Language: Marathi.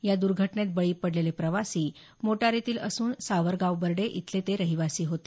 या दूर्घटनेत बळी पडलेले प्रवासी मोटारीतील असून सावरगाव बर्डे इथले रहिवासी होते